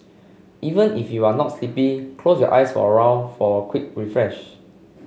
even if you are not sleepy close your eyes for a while for quick refresh